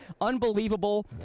Unbelievable